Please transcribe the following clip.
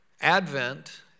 Advent